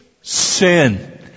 sin